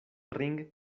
ring